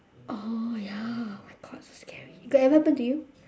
oh ya oh my god so scary got ever happen to you